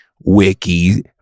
wiki